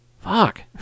Fuck